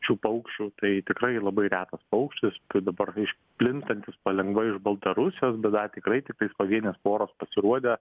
šių paukščių tai tikrai labai retas paukštis dabar iš plintantis palengva baltarusijos bet dar tikrai tiktais pavienės poros pasirodė